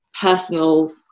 personal